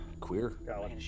Queer